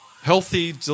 Healthy